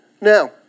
Now